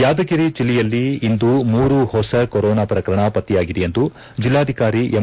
ಯಾದಗಿರಿ ಜಿಲ್ಲೆಯಲ್ಲಿ ಇಂದು ಮೂರು ಹೊಸ ಕೊರೋನಾ ಪ್ರಕರಣ ಪತ್ತೆಯಾಗಿದೆ ಎಂದು ಜಿಲ್ಲಾಧಿಕಾರಿ ಎಂ